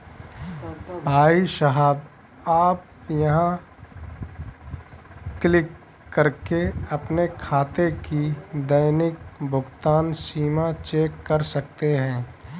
भाई साहब आप यहाँ क्लिक करके अपने खाते की दैनिक भुगतान सीमा चेक कर सकते हैं